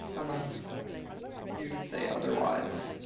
unless you say otherwise.